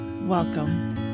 Welcome